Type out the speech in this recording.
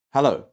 Hello